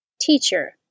Teacher